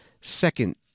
second